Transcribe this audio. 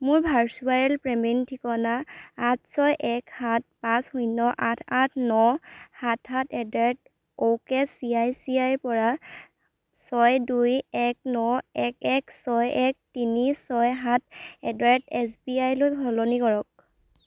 মোৰ virtual payment ঠিকনা আঠ ছয় এক সাত পাঁচ শূন্য আঠ আঠ ন সাত সাত at the rate ok C I C আইৰ পৰা ছয় দুই এক ন এক এক ছয় এক তিনি ছয় সাত at the rate S B আইলৈ সলনি কৰক